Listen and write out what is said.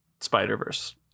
Spider-Verse